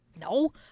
No